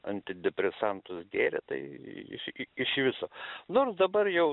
antidepresantus gėrė tai iš viso nors dabar jau